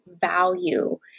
value